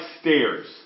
stairs